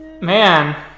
Man